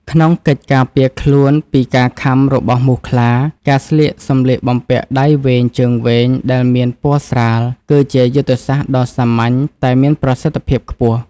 ក្នុងកិច្ចការពារខ្លួនពីការខាំរបស់មូសខ្លា ការស្លៀកសម្លៀកបំពាក់ដៃវែងជើងវែងដែលមានពណ៌ស្រាល គឺជាយុទ្ធសាស្ត្រដ៏សាមញ្ញតែមានប្រសិទ្ធភាពខ្ពស់។